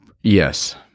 yes